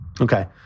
Okay